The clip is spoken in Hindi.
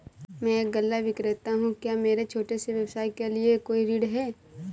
मैं एक गल्ला विक्रेता हूँ क्या मेरे छोटे से व्यवसाय के लिए कोई ऋण है?